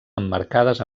emmarcades